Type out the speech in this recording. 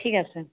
ঠিক আছে